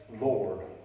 Lord